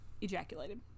ejaculated